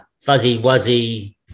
fuzzy-wuzzy